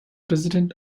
president